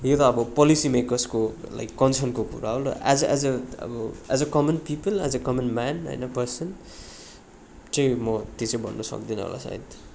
यो त अब पोलिसी मेकर्सको लाइक कनसर्नको कुरा हो र एज अ एज अ अब as a common people as a common man होइन पर्सन चाहिँ म त्यो चाहिँ भन्नु सक्दिनँ होला सायद